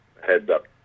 heads-up